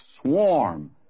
swarm